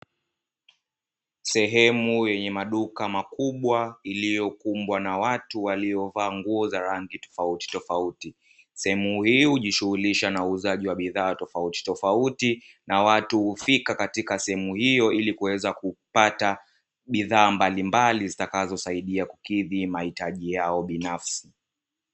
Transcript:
Sehemu yenye maduka makubwa, iliyokumbwa na watu waliovaa nguo za rangi tofautitofauti, sehemu hiyo hujishuhurisha na uuzaji wa bidhaa tofautitofauti, na watu hufika katika sehemu hiyo, ili kuweza kupata bidhaa mbalimbali zitakazosaidia kukidhi mahitaji yao binafsi.